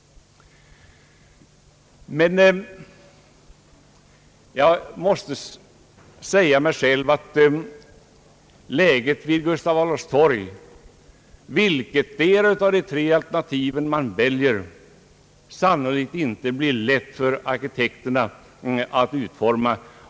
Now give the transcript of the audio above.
Men jag måste säga mig att vilketdera av de tre alternativen vid Gustav Adolfs torg man än väljer, blir det sannolikt inte lätt för att arkitekterna att klara utformningen.